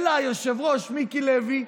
אלא היושב-ראש מיקי לוי,